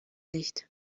nicht